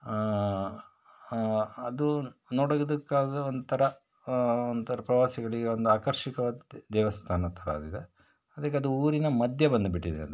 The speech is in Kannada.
ಅದು ನೋಡೋದ್ದುಕ್ಕಾಗಿ ಒಂಥರ ಒಂಥರ ಪ್ರವಾಸಿಗಳಿಗೆ ಒಂದು ಆಕರ್ಷಕವಾದ ದೇವಸ್ಥಾನ ಥರ ಆಗಿದೆ ಅದಕ್ಕೆ ಅದು ಊರಿನ ಮಧ್ಯೆ ಬಂದುಬಿಟ್ಟಿದೆ ಅದು